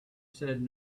said